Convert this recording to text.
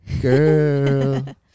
girl